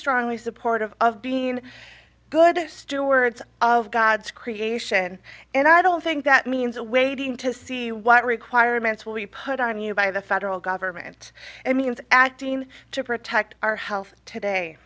strongly supportive of being good stewards of god's creation and i don't think that means a waiting to see what requirements will be put on you by the federal government i mean acting to protect our health today